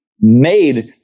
made